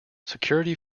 security